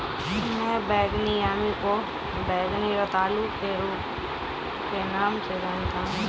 मैं बैंगनी यामी को बैंगनी रतालू के नाम से जानता हूं